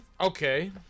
okay